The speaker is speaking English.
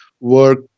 Work